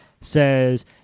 says